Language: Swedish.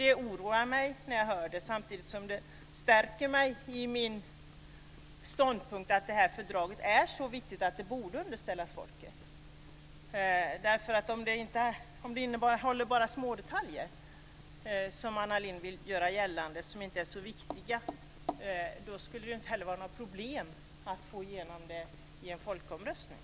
Det oroar mig att höra detta, samtidigt som det stärker mig i min ståndpunkt att det här fördraget är så viktigt att det borde underställas folket. Om det bara innehåller mindre viktiga smådetaljer, som Anna Lindh vill göra gällande, skulle det inte heller vara något problem att få igenom det i en folkomröstning.